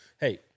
hey